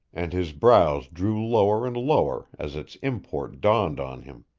and his brows drew lower and lower as its import dawned on him.